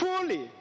fully